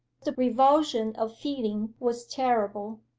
the revulsion of feeling was terrible.